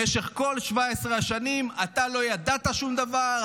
במשך כל 17 השנים אתה לא ידעת שום דבר,